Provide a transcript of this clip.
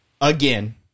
again